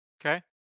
Okay